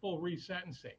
full reset and saying